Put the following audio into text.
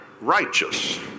righteous